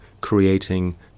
creating